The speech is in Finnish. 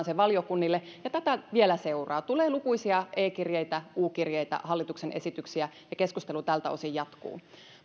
sen valiokunnille ja tätä vielä seuraa tulee lukuisia e kirjeitä u kirjeitä hallituksen esityksiä ja keskustelu tältä osin jatkuu